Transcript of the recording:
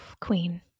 Queen